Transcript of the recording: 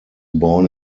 born